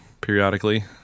periodically